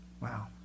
Wow